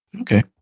Okay